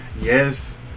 Yes